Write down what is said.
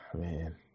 man